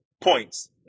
points